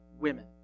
women